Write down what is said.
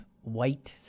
white